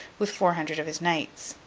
with four hundred of his knights.